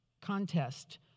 contest